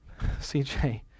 CJ